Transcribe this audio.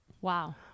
Wow